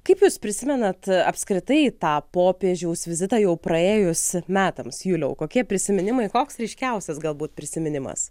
kaip jūs prisimenat apskritai tą popiežiaus vizitą jau praėjus metams juliau kokie prisiminimai koks ryškiausias galbūt prisiminimas